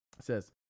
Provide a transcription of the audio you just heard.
Says